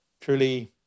truly